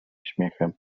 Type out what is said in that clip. śmiechem